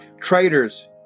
traitors